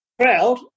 crowd